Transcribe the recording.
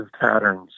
patterns